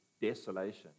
desolation